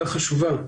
חשובה.